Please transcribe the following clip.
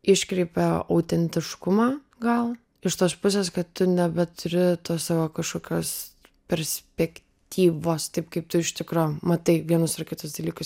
iškreipia autentiškumą gal iš tos pusės kad tu nebeturi tos savo kažkokios perspektyvos taip kaip tu iš tikro matai vienus ar kitus dalykus